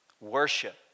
Worship